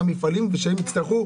אותם מפעלים והם יצטרכו,